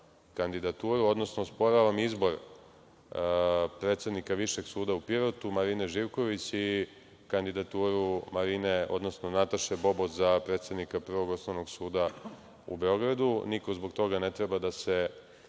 kandidaturu, odnosno osporavam izbor predsednika Višeg suda u Pirotu Marine Živković i kandidaturu Nataše Bobot za predsednika Prvog osnovnog suda u Beogradu. Niko zbog toga ne treba da se